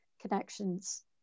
connections